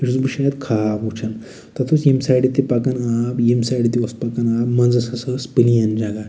یہِ چھُس بہٕ شاید خاب وُچھان تتھ اوس ییٚمہِ سایڈٕ تہِ پکان آب ییٚمہِ سایڈٕ تہِ اوس پکان آب مَنٛزَس ٲس پلین جگہ